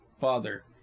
Father